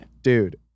Dude